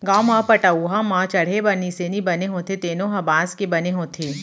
गाँव म पटअउहा म चड़हे बर निसेनी बने होथे तेनो ह बांस के बने होथे